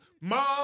mom